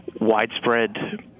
widespread